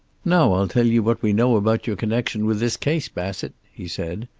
now i'll tell you what we know about your connection with this case, bassett, he said.